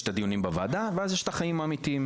יש את הדיונים בוועדה ואז יש את החיים האמיתיים,